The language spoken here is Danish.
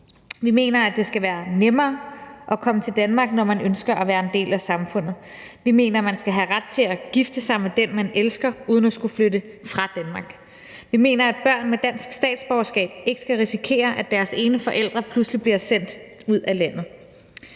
Vi mener, det skal være nemmere at komme til Danmark, når man ønsker at være en del af samfundet. Vi mener, at man skal have ret til at gifte sig med den, man elsker, uden at skulle flytte fra Danmark. Vi mener, at børn med dansk statsborgerskab ikke skal risikere, at deres ene forælder pludselig bliver sendt ud af landet.